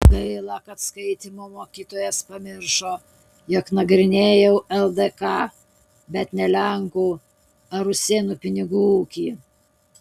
gaila kad skaitymo mokytojas pamiršo jog nagrinėjau ldk bet ne lenkų ar rusėnų pinigų ūkį